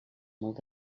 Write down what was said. molt